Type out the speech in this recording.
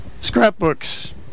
Scrapbooks